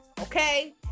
Okay